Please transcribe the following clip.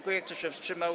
Kto się wstrzymał?